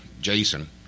Jason